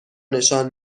نشان